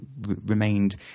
remained